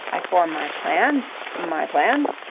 i form my plans. my plans.